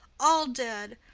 all dead.